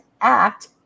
act